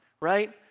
right